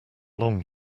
long